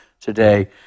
today